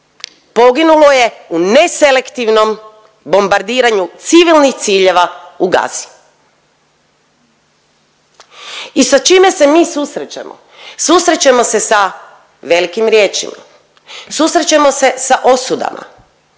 poginulo je u neselektivnom bombardiranju civilnih ciljeva u Gazi. I sa čime se mi susrećemo? Susrećemo se a velikim riječima, susrećemo se sa osudama,